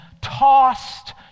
tossed